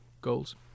goals